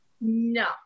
No